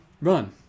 Run